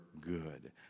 good